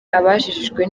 abajijwe